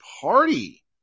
party